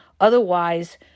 Otherwise